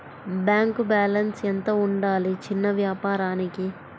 Bank balance ఎంత ఉండాలి చిన్న వ్యాపారానికి?